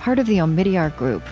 part of the omidyar group